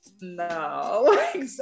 No